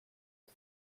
ans